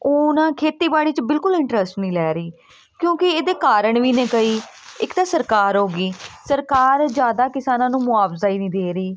ਉਹ ਨਾ ਖੇਤੀਬਾੜੀ 'ਚ ਬਿਲਕੁਲ ਇੰਟਰਸਟ ਨਹੀਂ ਲੈ ਰਹੀ ਕਿਉਂਕਿ ਇਹਦੇ ਕਾਰਨ ਵੀ ਨੇ ਕਈ ਇੱਕ ਤਾਂ ਸਰਕਾਰ ਹੋ ਗਈ ਸਰਕਾਰ ਜ਼ਿਆਦਾ ਕਿਸਾਨਾਂ ਨੂੰ ਮੁਆਵਜ਼ਾ ਹੀ ਨਹੀਂ ਦੇ ਰਹੀ